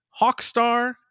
Hawkstar